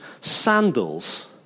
sandals